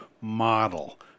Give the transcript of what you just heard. model